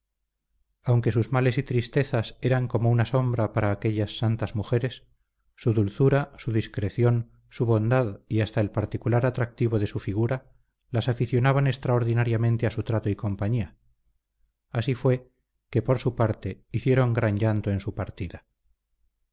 aunque sus males y tristezas eran como una sombra para aquellas santas mujeres su dulzura su discreción su bondad y hasta el particular atractivo de su figura las aficionaban extraordinariamente a su trato y compañía así fue que por su parte hicieron gran llanto en su partida